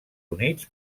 units